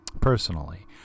personally